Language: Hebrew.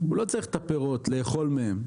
הוא לא צריך את הפירות לאכול מהם.